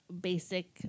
basic